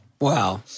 Wow